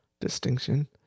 distinction